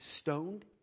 stoned